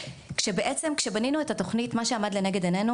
בעצם כשבנינו את התוכנית מה שעמד לנגד עינינו